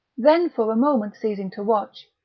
then, for a moment ceasing to watch,